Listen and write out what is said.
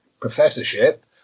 professorship